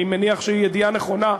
אני מניח שהיא ידיעה נכונה.